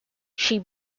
she